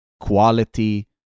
quality